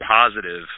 positive